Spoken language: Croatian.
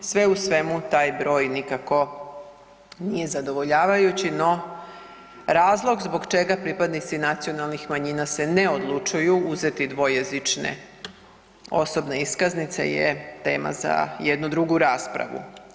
Sve u svemu taj broj nikako nije zadovoljavajući, no razlog zbog čega pripadnici nacionalnih manjina se ne odlučuju uzeti dvojezične osobne iskaznice je tema za jednu drugu raspravu.